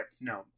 no